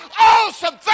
awesome